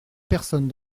personne